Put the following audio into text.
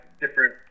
different